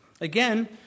Again